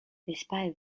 despite